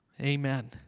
Amen